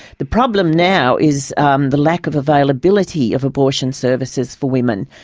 the problem now, is um the lack of availability of abortion services for women,